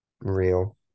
Real